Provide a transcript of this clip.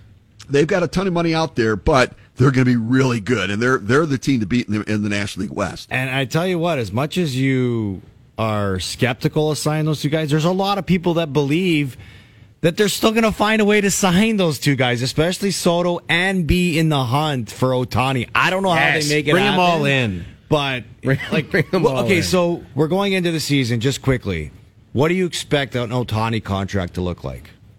They've got a ton of money out there, but they're gonna be really good, and they're- they're the team to beat in the- in the National League West. And I tell you what, as much as you are skeptical of signing those two guys, there's a lot of people that believe that they're still gonna find a way to sign those two guys, especially Soto and be in the hunt for Ohtani. I don't know how they Yes, make it bring 'em happen, all in. but, Bring- like- bring 'em well, all okay, in. so we're going into the season just quickly. What do you expect an Ohtani contract to look like?